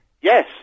yes